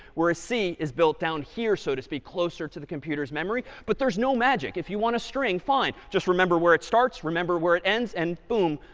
where c is built down here so to speak closer to the computer's memory. but there's no magic. if you want to string, fine. just remember where it starts, remember where it ends. and boom,